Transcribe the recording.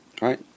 Right